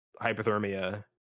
hypothermia